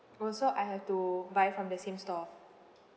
oh so I have to buy from the same store